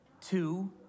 two